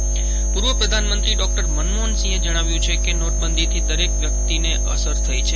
મનમોહન સિંહઃ પૂર્વ પ્રધાનમંત્રી ડોકટર મનમોહન સિંહે જણાવ્યું છે કે નોટબંધીથી દરેક વ્યક્તિને અસર થઇ છે